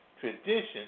tradition